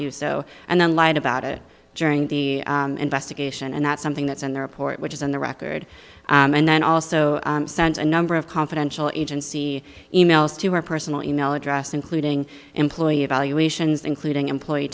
do so and then lied about it during the investigation and that's something that's in the report which is on the record and then also sent a number of confidential agency e mails to her personal e mail address including employee evaluations including employee